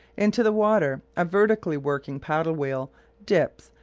into the water a vertically-working paddle-wheel dips,